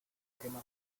esquema